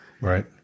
Right